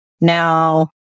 Now